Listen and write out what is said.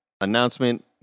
announcement